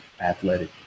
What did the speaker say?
athletic